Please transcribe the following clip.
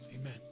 amen